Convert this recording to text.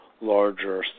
larger